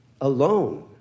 alone